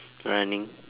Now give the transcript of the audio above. running